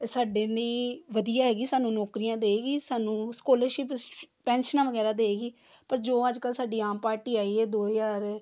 ਸਾਡੇ ਨੇ ਵਧੀਆ ਹੈਗੀ ਸਾਨੂੰ ਨੌਕਰੀਆਂ ਦੇਵੇਗੀ ਸਾਨੂੰ ਸਕੋਲਰਸ਼ਿਪਸ ਪੈਨਸ਼ਨਾਂ ਵਗੈਰਾ ਦੇਵੇਗੀ ਪਰ ਜੋ ਅੱਜ ਕੱਲ੍ਹ ਸਾਡੀ ਆਮ ਪਾਰਟੀ ਆਈ ਹੈ ਦੋ ਹਜ਼ਾਰ